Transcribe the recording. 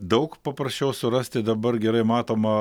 daug paprasčiau surasti dabar gerai matomą